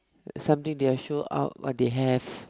something they will show out what they have